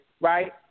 Right